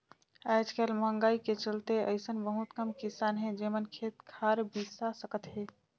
आयज कायल मंहगाई के चलते अइसन बहुत कम किसान हे जेमन खेत खार बिसा सकत हे